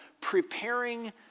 Preparing